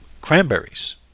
Cranberries